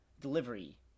delivery